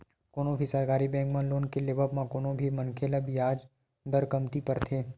कोनो भी सरकारी बेंक म लोन के लेवब म कोनो भी मनखे ल बियाज दर कमती परथे